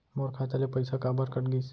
मोर खाता ले पइसा काबर कट गिस?